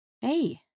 Hey